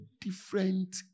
different